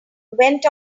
went